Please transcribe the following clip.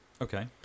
Okay